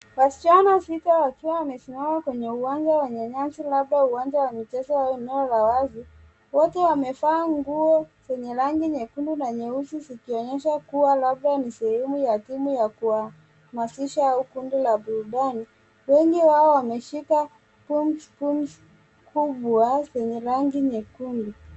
Wasichana sita wakiwa wamesimama kwenye uwanja wenye nyasi labda uwanja wa michezo au eneo la wazi. Watu wamevaa nguo zenye rangi nyekundu na nyeusi zikionyesha kuwa labda ni sehemu ya timu ya kuhamisisha au kundi la burudani. Wengi wao wameshika pumzu kubwa zenye rangi nyekundu.